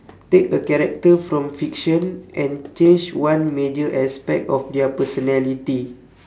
take a character from fiction and change one major aspect of their personality